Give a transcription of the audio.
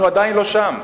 אנחנו עדיין לא שם,